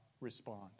respond